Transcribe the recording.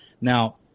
Now